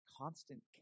constant